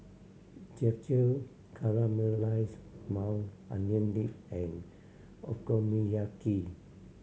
Japchae Caramelize Maui Onion Dip and Okonomiyaki